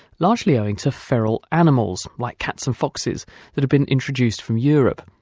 largely owing to feral animals like cats and foxes that have been introduced from europe.